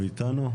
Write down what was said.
הוא איתנו?